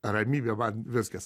ramybė man viskas